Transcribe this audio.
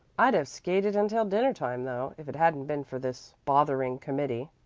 i'd have skated until dinner time though, if it hadn't been for this bothering committee.